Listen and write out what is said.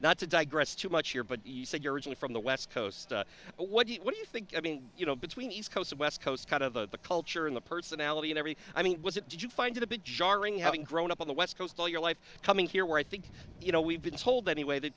to digress too much here but you're originally from the west coast what do you think i mean you know between east coast west coast kind of the culture in the personality in every i mean was it did you find it a bit jarring having grown up on the west coast all your life coming here where i think you know we've been told anyway th